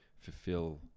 Fulfill